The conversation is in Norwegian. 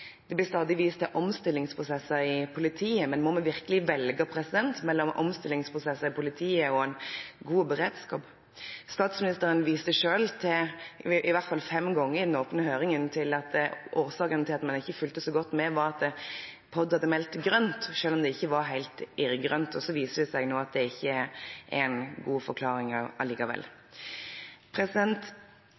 Det blir stadig vist til omstillingsprosesser i politiet, men må vi virkelig velge mellom omstillingsprosesser i politiet og en god beredskap? Statsministeren viste selv til – i hvert fall fem ganger i den åpne høringen – at årsaken til at man ikke fulgte så godt med, var at POD hadde meldt grønt selv om det ikke var helt irrgrønt, og så viser det seg nå ikke å være en god forklaring